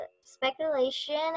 Speculation